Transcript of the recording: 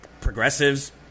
progressives